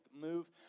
move